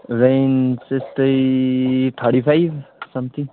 range त्यस्तै thirty five something